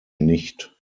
nicht